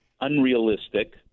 unrealistic